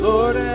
Lord